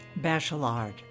Bachelard